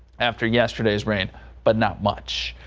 after yesterday's rain but not much,